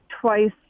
twice